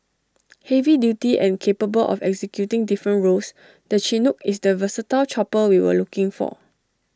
heavy duty and capable of executing different roles the Chinook is the versatile chopper we were looking for